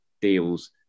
deals